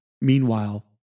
Meanwhile